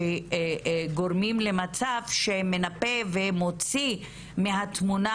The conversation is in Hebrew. שגורמים למצב שמנפה ומוציא מהתמונה